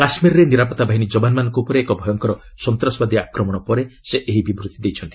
କାଶ୍ୱୀରରେ ନିରାପତ୍ତା ବାହିନୀ ଯବାନମାନଙ୍କ ଉପରେ ଏକ ଭୟଙ୍କର ସନ୍ତାସବାଦୀ ଆକ୍ରମଣ ପରେ ସେ ଏହି ବିବୃଭି ଦେଇଛନ୍ତି